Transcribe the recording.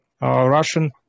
Russian